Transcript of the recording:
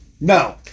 No